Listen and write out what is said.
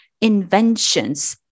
inventions